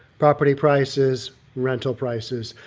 property prices, rental prices,